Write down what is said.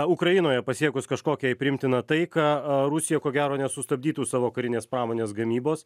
ukrainoje pasiekus kažkokią priimtiną taiką rusija ko gero nesustabdytų savo karinės pramonės gamybos